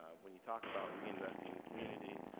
when you talk about reinvesting in the community,